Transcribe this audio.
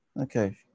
okay